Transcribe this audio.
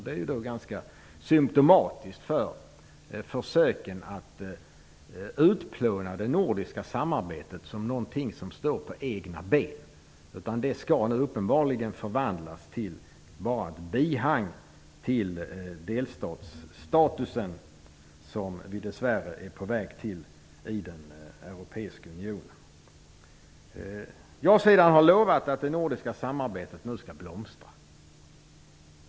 Det är ganska symtomatiskt för försöken att utplåna det nordiska samarbetet som står på egna ben. Det skall uppenbarligen förvandlas till ett bihang till den delstatsstatus som vi dessvärre är på väg till i den europeiska unionen. Ja-sidan har lovat att det nordiska samarbetet nu skall blomstra.